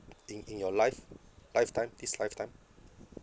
in in your life lifetime this lifetime